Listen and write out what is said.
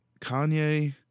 Kanye